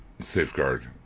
safeguard